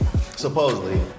Supposedly